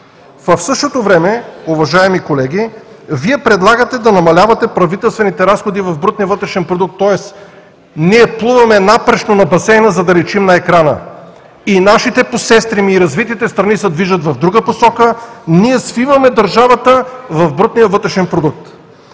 В същото време, уважаеми колеги, Вие предлагате да намалявате правителствените разходи в брутния вътрешен продукт, тоест ние плуваме напречно на басейна, за да личим на екрана. Нашите посестрими и развитите страни се движат в друга посока, а ние свиваме държавата в брутния вътрешен продукт.